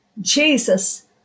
Jesus